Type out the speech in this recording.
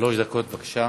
שלוש דקות, בבקשה.